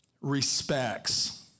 respects